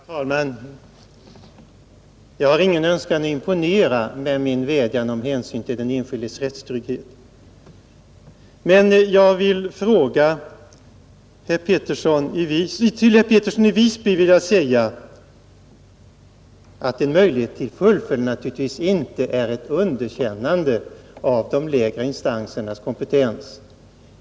Herr talman! Jag har ingen önskan att imponera med min vädjan om hänsyn till den enskildes rättstrygghet. Men till herr Pettersson i Visby vill jag säga att en möjlighet till fullföljd naturligtvis inte är ett underkännande av de lägre instansernas kompetens.